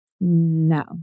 No